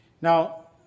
Now